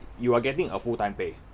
you are getting a full time pay